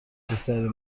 بهترین